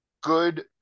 good